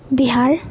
Bihar